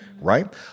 right